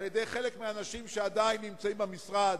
על-ידי חלק מהאנשים שעדיין נמצאים במשרד,